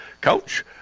Coach